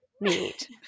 meet